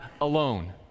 alone